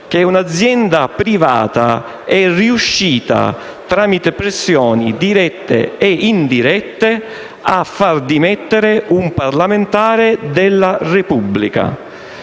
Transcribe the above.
di un'azienda privata che è riuscita, tramite pressioni, dirette e indirette, a far dimettere un parlamentare della Repubblica.